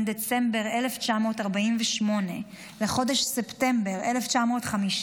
בין דצמבר 1948 לחודש ספטמבר 1950,